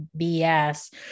bs